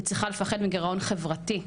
היא צריכה לפחד מגירעון חברתי,